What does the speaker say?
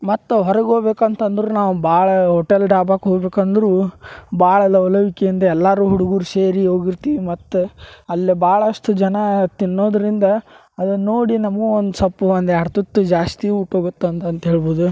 ಮತ್ತೆ ಹೊರಗ ಹೋಗ್ಬೇಕಂತಂದರೂ ನಾವು ಭಾಳ ಹೋಟೆಲ್ ಡಾಬಾಕ ಹೋಗ್ಬೇಕಂದರೂ ಭಾಳ ಲವಲವಿಕಿಯಿಂದ ಎಲ್ಲಾರೂ ಹುಡುಗರ್ ಸೇರಿ ಹೋಗಿರ್ತಿವಿ ಮತ್ತೆ ಅಲ್ಲಿ ಭಾಳಷ್ಟ್ ಜನಾ ತಿನ್ನೋದರಿಂದ ಅದನ್ನ ನೋಡಿ ನಮಗೂ ಒಂದು ಸೊಪ್ ಒಂದು ಎರಡು ತುತ್ತು ಜಾಸ್ತಿ ಊಟ ಹೋಗತ್ತೆ ಅಂತಂತ ಹೇಳ್ಬೋದು